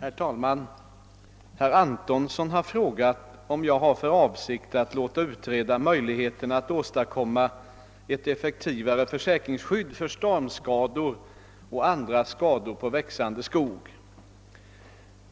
Herr talman! Herr Antonsson har frågat om jag har för avsikt att låta utreda möjligheterna att åstadkomma ett effektivare försäkringsskydd mot stormskador och andra skador på växande skog.